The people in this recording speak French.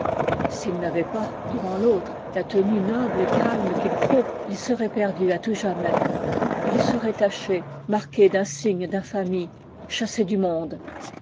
s'il n'avait pas devant l'autre la tenue noble et calme qu'il faut il serait perdu à tout jamais il serait taché marqué d'un signe d'infamie chassé du monde